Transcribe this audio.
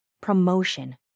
Promotion